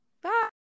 Bye